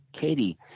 Katie